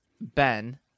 Ben